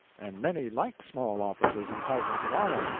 and many like small offices and titles of honor,